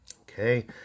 Okay